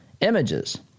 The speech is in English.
images